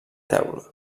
teula